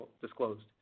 disclosed